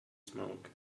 smoke